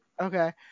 okay